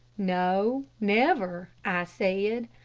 no, never, i said.